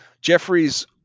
Jeffrey's